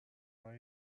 های